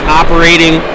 operating